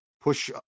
Push